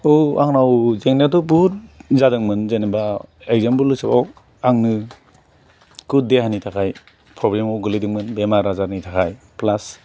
औ आंनाव जेंनायाथ' बहुद जादोंमोन जेनेबा एगजाम्पोल हिसाबाव आंनो खुद देहानि थाखाय प्रब्लेमाव गोलैदोंमोन बेमार आजारनि थाखाय प्लास